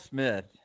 Smith